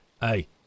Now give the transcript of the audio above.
hey